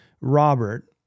Robert